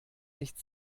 nicht